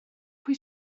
pwy